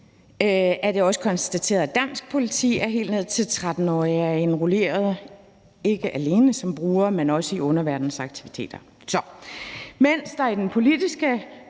er det også konstateret af dansk politi, at helt ned til 13-årige er indrulleret, ikke alene som brugere, men også i underverdenens aktiviteter.